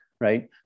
right